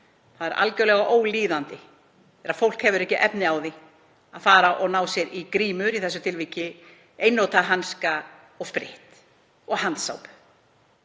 Það er algerlega ólíðandi að fólk hafi ekki efni á því að ná sér í grímur í þessu tilviki, einnota hanska, spritt og handsápu.